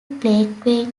plaque